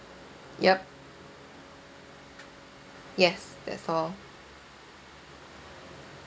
yup yes that's all